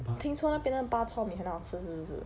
听说那边的 bak chor mee 很好吃是不是